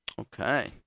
Okay